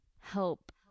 help